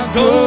go